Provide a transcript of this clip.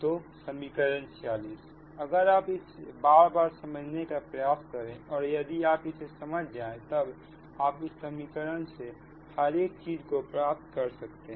तो समीकरण 46 अगर आप इसे बार बार समझने का प्रयास करें और यदि आप इसे समझ जाएं तब आप इस समीकरण से हर एक चीज को प्राप्त कर सकते हैं